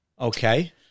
Okay